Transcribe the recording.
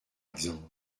exemple